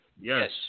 yes